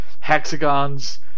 Hexagons